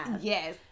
Yes